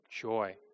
joy